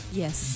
yes